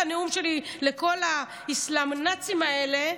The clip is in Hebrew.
את הנאום שלי לכל האסלאמונאצים האלה.